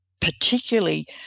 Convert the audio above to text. particularly